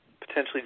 potentially